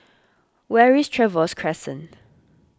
where is Trevose Crescent